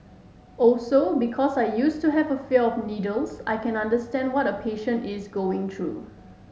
also because I used to have a fear of needles I can understand what a patient is going through